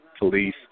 police